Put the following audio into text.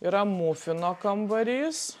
yra mufino kambarys